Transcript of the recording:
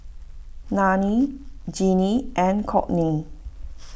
Nannie Jeanine and Kourtney